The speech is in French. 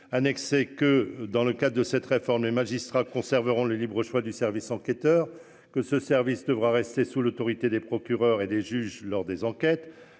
annexé que dans le cas de cette réforme, les magistrats conserveront le libre choix du service enquêteur que ce service devra rester sous l'autorité des procureurs et des juges lors des enquêtes.